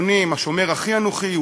עונים: השומר אחי אנוכי?